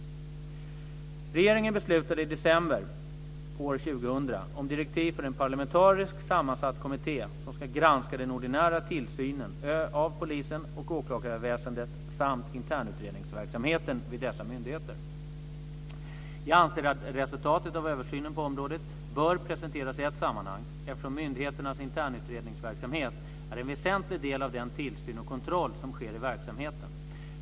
Regeringen beslutade i december år 2000 om direktiv för en parlamentariskt sammansatt kommitté som ska granska den ordinära tillsynen av polisen och åklagarväsendet samt internutredningsverksamheten vid dessa myndigheter. Jag anser att resultatet av översynen på området bör presenteras i ett sammanhang, eftersom myndigheternas internutredningsverksamhet är en väsentlig del av den tillsyn och kontroll som sker i verksamheten.